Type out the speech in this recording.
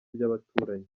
by’abaturanyi